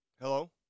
Hello